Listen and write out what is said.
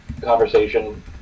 conversation